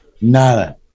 Nada